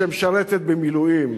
שמשרתת במילואים?